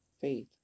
faith